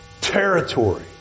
territory